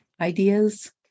Ideas